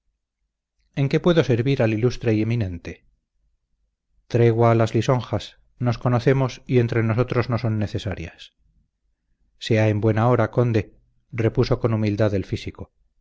en qué puedo servir al ilustre y eminente tregua a las lisonjas nos conocemos y entre nosotros no son necesarias sea en buena hora conde repuso con humildad el físico